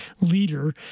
leader